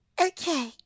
Okay